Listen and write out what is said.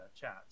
chats